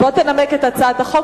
בוא תנמק את הצעת החוק,